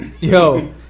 Yo